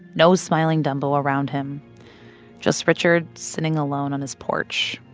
no smiling dumbo around him just richard sitting alone on his porch,